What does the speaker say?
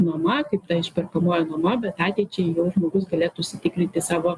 nuoma kaip ta išperkamoji nuoma bet ateičiai jau žmogus galėtų užsitikrinti savo